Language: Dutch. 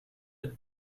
het